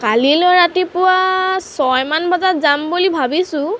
কালিলৈ ৰাতিপুৱা ছয়মান বজাত যাম বুলি ভাবিছোঁ